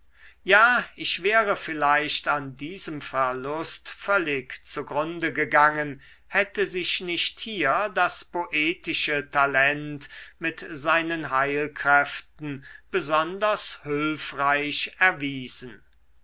ja ich wäre vielleicht an diesem verlust völlig zugrunde gegangen hätte sich nicht hier das poetische talent mit seinen heilkräften besonders hülfreich erwiesen